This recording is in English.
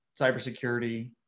cybersecurity